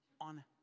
on